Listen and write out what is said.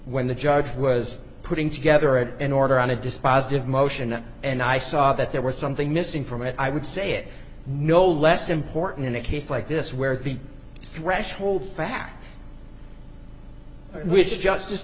when the judge was putting together an order on a dispositive motion and i saw that there was something missing from it i would say it no less important in a case like this where the threshold fact which justice